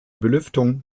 belüftung